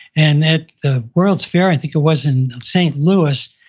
and at the world's fair i think it was in st. louis,